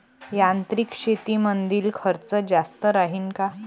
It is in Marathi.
यांत्रिक शेतीमंदील खर्च जास्त राहीन का?